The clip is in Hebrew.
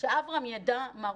שאברם ידע מה רוצים.